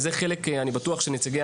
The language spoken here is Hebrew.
אני בטוח שנציגי